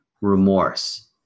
remorse